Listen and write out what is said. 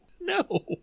no